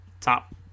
top